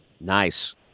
Nice